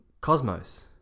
Cosmos